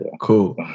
cool